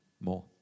more